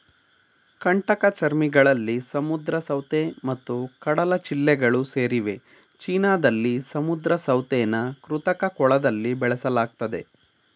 ಕಂಟಕಚರ್ಮಿಗಳಲ್ಲಿ ಸಮುದ್ರ ಸೌತೆ ಮತ್ತು ಕಡಲಚಿಳ್ಳೆಗಳು ಸೇರಿವೆ ಚೀನಾದಲ್ಲಿ ಸಮುದ್ರ ಸೌತೆನ ಕೃತಕ ಕೊಳದಲ್ಲಿ ಬೆಳೆಸಲಾಗ್ತದೆ